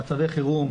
במצבי חירום,